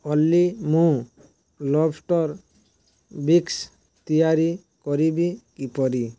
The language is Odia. ଓଲି ମୁଁ ଲବଷ୍ଟର୍ ବିସ୍କ ତିଆରି କରିବି କିପରି